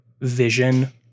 vision